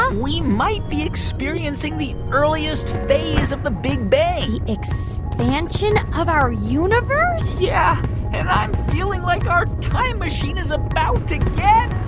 um we might be experiencing the earliest phase of the big bang the expansion of our universe? yeah. and i'm feeling like our time machine is about to get.